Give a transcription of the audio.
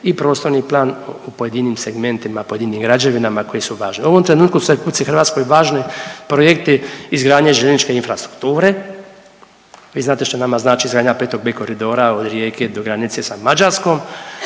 i prostorni plan u pojedinim segmentima, pojedinim građevinama koje su važne. U ovom trenutku su u RH važni projekti izgradnje željezničke infrastrukture. Vi znate što nama znači zemlja petog bit koridora od Rijeke do granice sa Mađarskom,